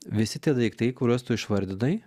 visi tie daiktai kuriuos tu išvardinai